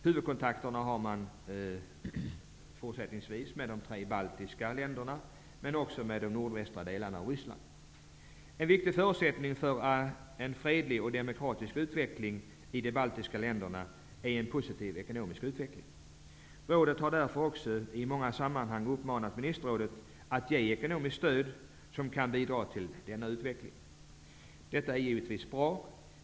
Huvudkontakterna sker fortsättningsvis med de tre baltiska länderna men också med de nordvästra delarna av Ryssland. En viktig förutsättning för en fredlig och demokratisk utveckling i de baltiska länderna är en positiv ekonomisk utveckling. Rådet har därför också i många sammanhang uppmanat ministerrådet att ge ekonomiskt stöd som kan bidra till denna utveckling. Detta är givetvis bra.